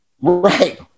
Right